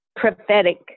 prophetic